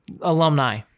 Alumni